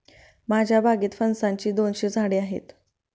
माझ्या बागेत फणसाची दोनशे झाडे आहेत